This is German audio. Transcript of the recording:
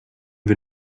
wir